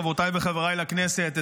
חברותיי וחבריי לכנסת,